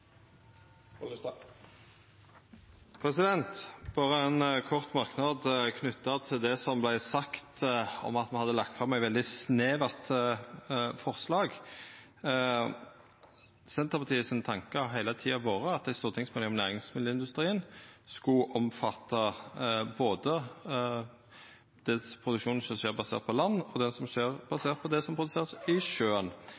Berre ein kort merknad knytt til det som vart sagt, at me har lagt fram eit veldig snevert forslag. Senterpartiet sin tanke har heile tida vore at ei stortingsmelding om næringsmiddelindustrien skulle omfatta både den produksjonen som er basert på landbruket, og det som